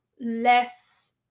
less